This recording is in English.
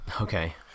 Okay